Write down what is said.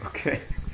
Okay